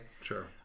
Sure